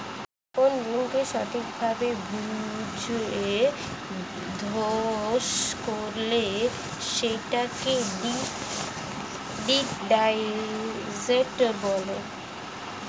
কোন ঋণকে সঠিক ভাবে বুঝে শোধ করলে সেটাকে ডেট ডায়েট বলে